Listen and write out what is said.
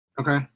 Okay